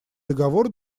договор